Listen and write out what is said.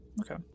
Okay